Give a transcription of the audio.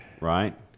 right